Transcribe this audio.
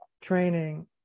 training